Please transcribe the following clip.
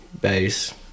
bass